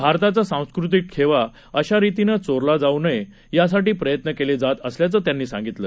भारताचा सांस्कृतिक ठेवा अशा रितीनं चोरला जाऊ नये यासाठी प्रयत्न केले जात असल्याचं त्यांनी सांगितलं